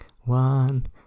one